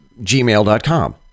gmail.com